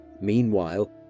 Meanwhile